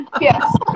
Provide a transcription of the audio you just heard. Yes